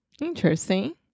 Interesting